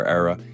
era